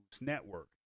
network